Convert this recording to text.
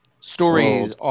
stories